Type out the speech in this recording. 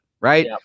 right